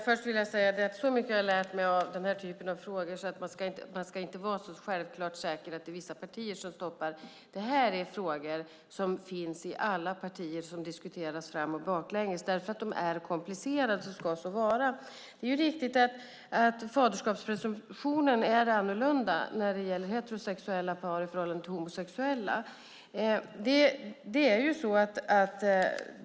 Herr talman! Så mycket har jag lärt mig av dessa frågor att jag vet att man inte ska vara så självklart säker på att det är vissa partier som stoppar. De här frågorna finns i alla partier, och de diskuteras fram och baklänges eftersom de är komplicerade och ska så vara. Det är riktigt att faderskapspresumtionen är olika för heterosexuella par och homosexuella.